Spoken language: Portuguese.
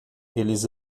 eles